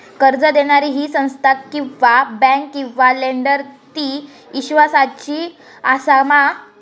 कर्ज दिणारी ही संस्था किवा बँक किवा लेंडर ती इस्वासाची आसा मा?